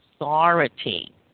authority